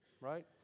Right